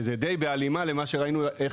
שזה די בהלימה למה שראינו.